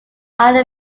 are